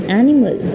animal